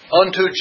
unto